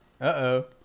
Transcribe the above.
Uh-oh